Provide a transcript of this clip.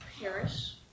perish